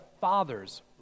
Father's